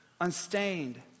unstained